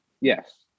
yes